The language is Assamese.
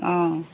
অঁ